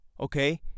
Okay